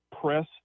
press